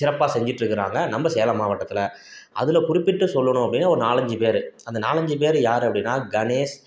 சிறப்பாக செஞ்சுட்ருக்கறாங்க நம்ப சேலம் மாவட்டத்தில் அதில் குறிப்பிட்டு சொல்லணும் அப்படின்னா ஒரு நாலஞ்சு பேர் அந்த நாலஞ்சு பேர் யார் அப்படின்னா கணேஷ்